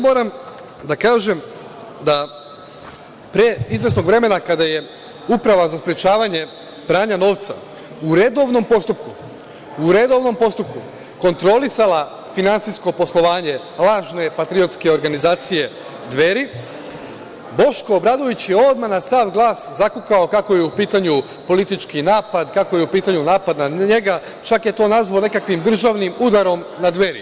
Moram da kažem da pre izvesnog vremena kada je Uprava za sprečavanje pranja novca u redovnom postupku kontrolisala finansijsko poslovanje lažne patriotske organizacije Dveri, Boško Obradović je odmah na sav glas zakukao kako je u pitanju politički napad, kako je u pitanju napad na njega, čak je to nazvao nekakvim državnim udarom na Dveri.